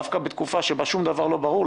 דווקא בתקופה שבה שום דבר לא ברור,